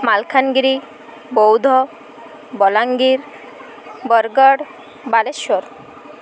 Malkangiri Boudh Balangir Bargarh Balasore